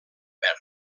verd